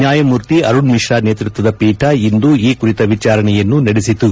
ನ್ಯಾಯಮೂರ್ತಿ ಅರುಣ್ಮಿಶ್ರಾ ನೇತೃತ್ವದ ಪೀಠ ಇಂದು ಈ ಕುರಿತ ವಿಚಾರಣೆಯನ್ನು ನಡೆಸಿತು